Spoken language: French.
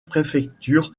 préfecture